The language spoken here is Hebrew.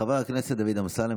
חבר הכנסת דוד אמסלם,